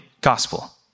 gospel